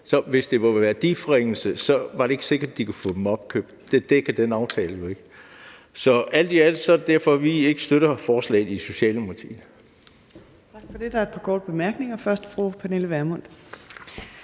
for hvis det var værdiforringelsen, ville det ikke være sikkert, at de kunne få dem opkøbt. Det vil den aftale jo ikke dække. Så det er alt i alt derfor, at vi ikke støtter forslaget i Socialdemokratiet.